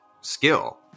skill